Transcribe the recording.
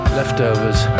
leftovers